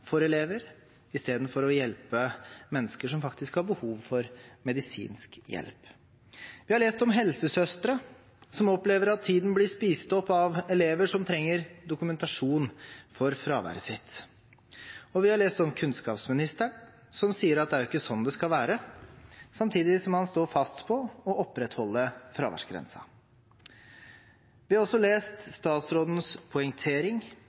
for elever, istedenfor å hjelpe mennesker som faktisk har behov for medisinsk hjelp. Vi har lest om helsesøstre som opplever at tiden blir spist opp av elever som trenger dokumentasjon på fraværet sitt. Og vi har lest om kunnskapsministeren, som sier at det er ikke sånn det skal være, samtidig som han står fast på å opprettholde fraværsgrensen. Vi har også lest om statsrådens poengtering